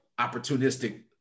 opportunistic